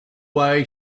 way